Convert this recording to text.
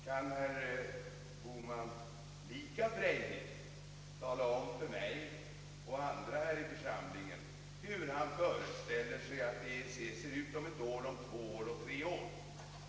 Kan herr Bohman lika frejdigt tala om för mig och andra här i församlingen hur han föreställer sig att EEC ser ut om ett år, om två år och om tre år?